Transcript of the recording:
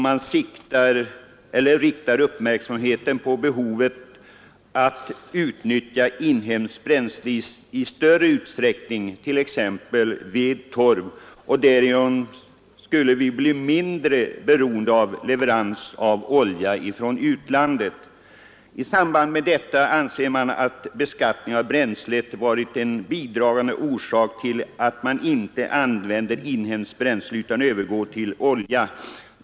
Motionärerna riktar uppmärksamheten på behovet av att i större utsträckning än vad som nu är fallet utnyttja inhemskt bränsle, t.ex. ved och torv. Därigenom skulle vi bli mindre beroende av leveranser av olja från utlandet. Motionärerna anser att beskattningen av bränsle varit en bidragande orsak till att man inte i större utsträckning använder inhemskt bränsle utan har övergått till olja.